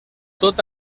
tot